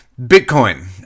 Bitcoin